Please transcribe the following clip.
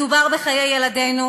מדובר בחיי ילדינו,